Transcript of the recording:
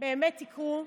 בהם באמת יקרו.